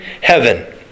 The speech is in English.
heaven